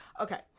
Okay